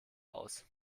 aus